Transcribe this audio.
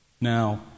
Now